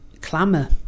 clamour